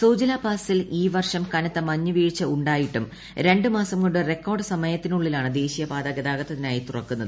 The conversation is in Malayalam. സോജില പാസിൽ ഈ വർഷം കനത്ത മഞ്ഞുവീഴ്ച ഉണ്ടായിരുന്നിട്ടും രണ്ട് മാസം കൊണ്ട് റെക്കോർഡ് സമയത്തിനുള്ളിലാണ് ദേശീയപാത ഗതാഗതത്തിനായി തുറക്കുന്നത്